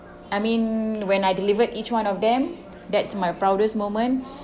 I mean when I delivered each one of them that's my proudest moment